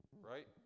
right